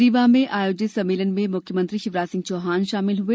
रीवा में आयोजित सम्मेलन में मुख्यमंत्री शिवराज सिंह चौहान शामिल हुए